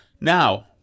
Now